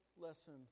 lesson